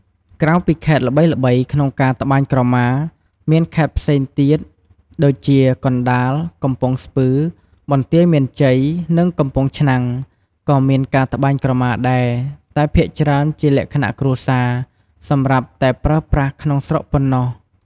ក្រៅពីខេត្តល្បីៗក្នុងការត្បាញក្រមា មានខេត្តផ្សេងទៀតដូចជា កណ្តាល កំពង់ស្ពឺ បន្ទាយមានជ័យ និងកំពង់ឆ្នាំង ក៏មានការត្បាញក្រមាដែរ តែភាគច្រើនជាលក្ខណៈគ្រួសារ សម្រាប់តែប្រើប្រាស់ក្នុងស្រុកប៉ុណ្ណោះ។